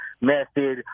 method